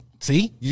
See